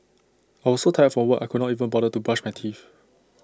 I was so tired from work I could not even bother to brush my teeth